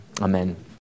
Amen